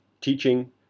teaching